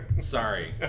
Sorry